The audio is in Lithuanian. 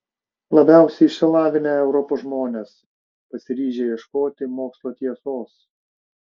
labiausiai išsilavinę europos žmonės pasiryžę ieškoti mokslo tiesos